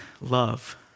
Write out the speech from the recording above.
love